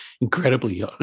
incredibly